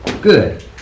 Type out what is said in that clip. good